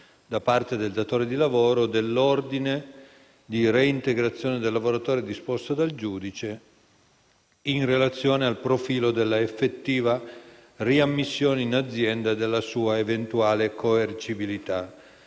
da parte del datore di lavoro, dell’ordine di reintegrazione del lavoratore disposto dal giudice, in relazione al profilo della effettiva riammissione in azienda e della sua eventuale coercibilità.